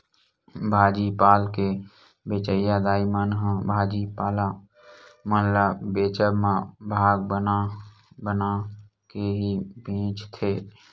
भाजी पाल के बेंचइया दाई मन ह भाजी पाला मन ल बेंचब म भाग बना बना के ही बेंचथे